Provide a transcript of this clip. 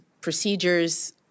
procedures